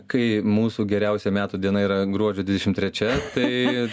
kai mūsų geriausia metų diena yra gruodžio dvidešimt trečia tai